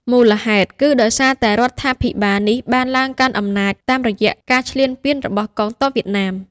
មូលហេតុគឺដោយសារតែរដ្ឋាភិបាលនេះបានឡើងកាន់អំណាចតាមរយៈការឈ្លានពានរបស់កងទ័ពវៀតណាម។